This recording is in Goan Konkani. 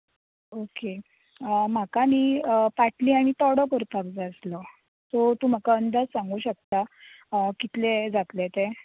ओके म्हाका न्ही पाटली आनी तोडो करपाक जाय आसलो सो तूं म्हाका अंदाज सांगूं शकता कितले जातलो ते